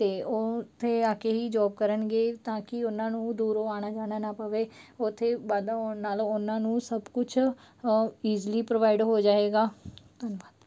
ਤੇ ਉਥੇ ਆਕੇ ਹੀ ਜੋਬ ਕਰਨਗੇ ਤਾਂ ਕੀ ਉਹਨਾਂ ਨੂੰ ਦੂਰੋਂ ਆਉਣਾ ਜਾਣਾ ਨਾ ਪਵੇ ਉਥੇ ਵਾਧਾ ਹੋਣ ਨਾਲੋਂ ਉਹਨਾਂ ਨੂੰ ਸਭ ਕੁਛ ਇਜੀਲੀ ਪ੍ਰੋਵਾਈਡ ਹੋ ਜਾਏਗਾ ਧੰਨਵਾਦ